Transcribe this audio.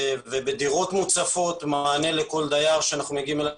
טיפול בדירות מוצפות ומענה לכל דייר שאנחנו מגיעים אליו